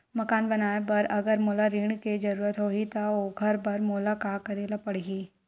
मकान बनाये बर अगर मोला ऋण के जरूरत होही त ओखर बर मोला का करे ल पड़हि?